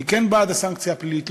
אני כן בעד הסנקציה הפלילית,